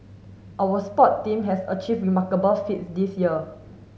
our sport team have achieved remarkable feats this year